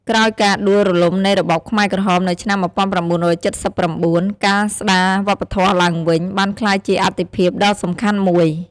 ក្រោយការដួលរលំនៃរបបខ្មែរក្រហមនៅឆ្នាំ១៩៧៩ ការស្តារវប្បធម៌ឡើងវិញ បានក្លាយជាអាទិភាពដ៏សំខាន់មួយ។